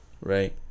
right